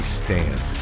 stand